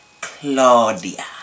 Claudia